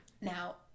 Now